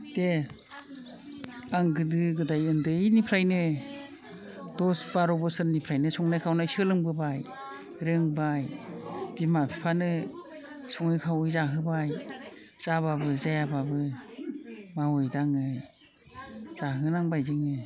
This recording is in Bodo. दे आं गोदो गोदाय उन्दैनिफ्रायनो दस बार' बोसोरनिफ्रायनो संनाय खावनाय सोलोंबोबाय रोंबाय बिमा बिफानो सङै खावै जाहोबाय जाब्लाबो जायाब्लाबो मावै दाङै जाहोनांबाय जोङो